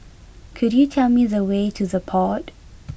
could you tell me the way to The Pod